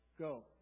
Go